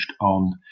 on